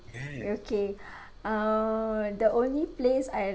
okay err the only place I